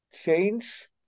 change